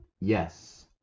Yes